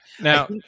now